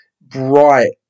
bright